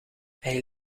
hij